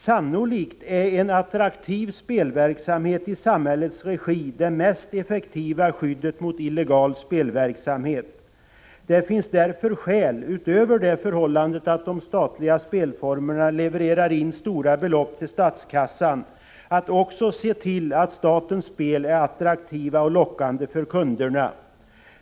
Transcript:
Sannolikt är en attraktiv spelverksamhet i samhällets regi det mest effektiva skyddet mot illegal spelverksamhet. Det finns därför anledning, utöver det förhållandet att de statliga spelformerna levererar in stora belopp till statskassan, att se till att statens spel är attraktiva och lockande för kunderna.